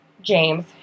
James